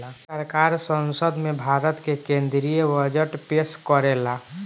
सरकार संसद में भारत के केद्रीय बजट पेस करेला